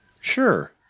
Sure